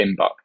inbox